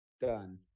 Done